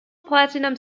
platinum